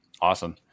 awesome